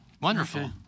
wonderful